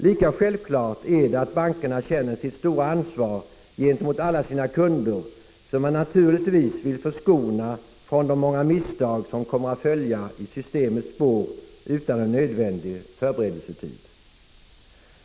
Lika självklart är det att bankerna känner sitt stora ansvar gentemot alla sina kunder, som de naturligtvis vill förskona från de många misstag som utan en nödvändig förberedelsetid kommer att följa i systemets spår.